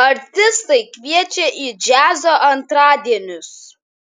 artistai kviečia į džiazo antradienius